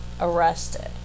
arrested